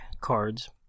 cards